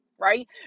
right